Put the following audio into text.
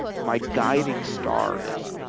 my guiding star is,